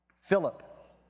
Philip